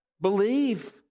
believe